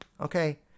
Okay